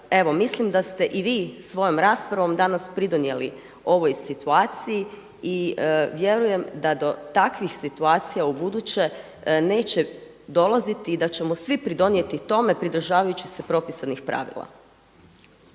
mislim da ste i vi svojom raspravom danas pridonijeli ovoj situaciji i vjerujem da to takvih situacija ubuduće neće dolaziti i da ćemo svi pridonijeti tome pridržavajući se propisanih pravila.